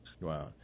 Wow